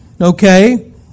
okay